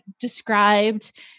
described